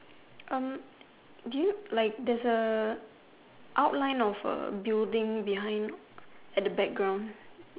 do you like there's a outline of building behind at the background